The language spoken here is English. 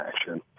action